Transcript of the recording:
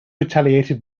retaliated